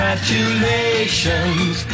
Congratulations